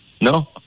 No